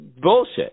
Bullshit